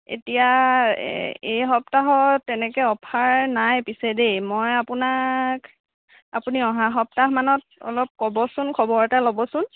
এতিয়া এই সপ্তাহত তেনেকৈ অফাৰ নাই পিছে দেই মই আপোনাক আপুনি অহা সপ্তাহমানত অলপ ক'বচোন খবৰ এটা ল'বচোন